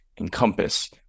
encompass